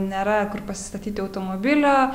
nėra kur pasistatyti automobilio